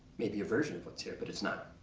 maybe a version of what's here, but it's not.